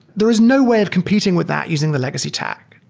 there is no way of competing with that using the legacy stack.